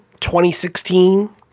2016